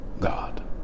God